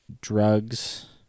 drugs